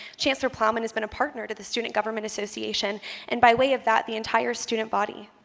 chancellor plowman has been a partner to the student government association and by way of that the entire student body.